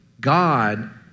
God